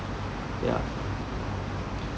ya